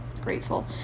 grateful